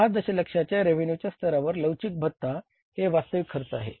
6 दशलक्षाच्या रेव्हेन्यूच्या स्तरावर लवचिक भत्ता हे वास्तविक खर्च आहे